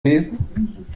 lesen